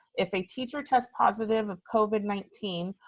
if a teacher tests positive of covid nineteen,